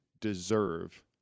deserve